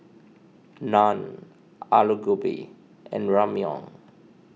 Naan Alu Gobi and Ramyeon